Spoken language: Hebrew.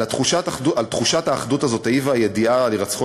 על תחושת האחדות הזאת העיבה הידיעה על הירצחו